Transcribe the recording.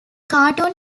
cartoon